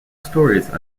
stories